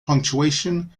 punctuation